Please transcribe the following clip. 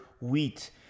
wheat